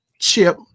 Chip